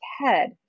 head